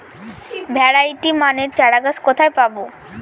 Variety মানের চারাগাছ কোথায় পাবো?